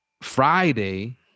Friday –